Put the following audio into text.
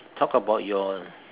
talk about your